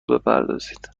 بپردازید